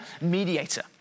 mediator